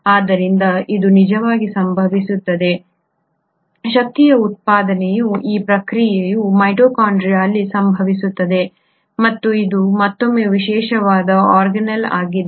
ಆದ್ದರಿಂದ ಇದು ನಿಜವಾಗಿ ಸಂಭವಿಸುತ್ತದೆ ಶಕ್ತಿಯ ಉತ್ಪಾದನೆಯ ಈ ಪ್ರಕ್ರಿಯೆಯು ಮೈಟೊಕಾಂಡ್ರಿಯಾಅಲ್ಲಿ ಸಂಭವಿಸುತ್ತದೆ ಮತ್ತು ಇದು ಮತ್ತೊಮ್ಮೆ ವಿಶೇಷವಾದ ಆರ್ಗನೆಲ್ ಆಗಿದೆ